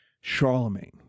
Charlemagne